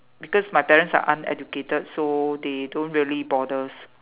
because my parents are uneducated so they don't really bothers